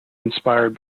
inspired